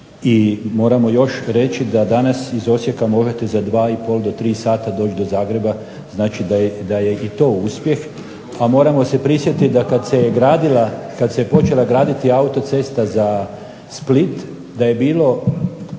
I moramo još reći da danas iz Osijeka možete za 2 i pol do 3 sata doći do Zagreba. Znači, da je i to uspjeh, a moramo se prisjetiti da kad se je gradila, kad se počela graditi autocesta za Split da je bilo